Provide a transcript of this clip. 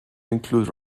include